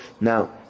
Now